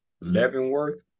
Leavenworth